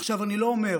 עכשיו, אני לא אומר